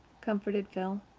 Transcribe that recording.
comforted phil,